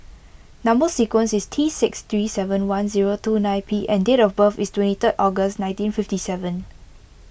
Number Sequence is T six three seven one zero two nine P and date of birth is twenty three August nineteen fifty seven